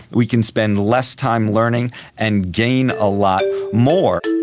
we can spend less time learning and gain a lot more.